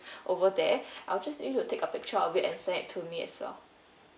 over there uh you would just need to take a picture of it send it to me as well